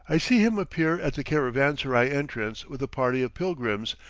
i see him appear at the caravanserai entrance with a party of pilgrims,